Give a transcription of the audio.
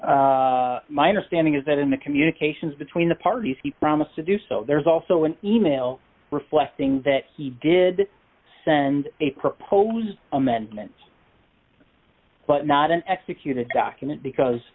so my understanding is that in the communications between the parties he promised to do so there's also an email reflecting that he did send a proposed amendment but not an executed document because